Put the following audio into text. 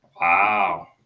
Wow